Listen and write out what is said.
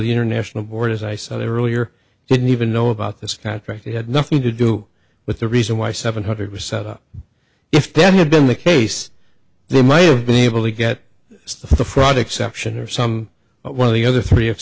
the international board as i said earlier didn't even know about this contract they had nothing to do with the reason why seven hundred was set up if that had been the case they might have been able to get as the fraud exception or some one of the other three